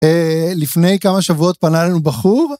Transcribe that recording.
לפני כמה שבועות פנה אלינו בחור